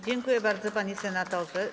Dziękuję bardzo, panie senatorze.